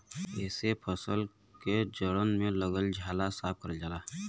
एसे फसल के जड़न में लगल झाला साफ करल जाला